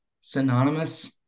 synonymous